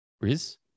Riz